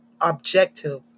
objective